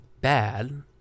bad